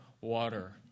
water